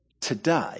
today